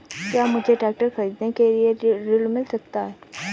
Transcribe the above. क्या मुझे ट्रैक्टर खरीदने के लिए ऋण मिल सकता है?